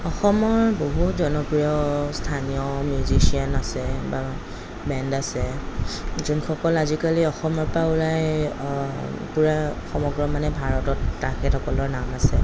অসমৰ বহু জনপ্ৰিয় স্থানীয় মিউজিচিয়ান আছে বা ব্ৰেণ্ড আছে যোনসকল আজিকালি অসমৰপৰা ওলাই পূৰা সমগ্ৰ মানে ভাৰতত তা তেখেতসকলৰ নাম আছে